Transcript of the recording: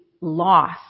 loss